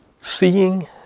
seeing